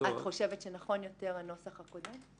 חושבת שנכון יותר הנוסח הקודם?